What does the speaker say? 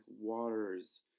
Waters